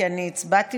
כי אני הצבעתי,